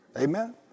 Amen